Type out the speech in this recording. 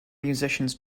musicians